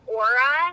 aura